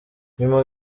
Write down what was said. nyuma